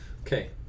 Okay